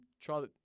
try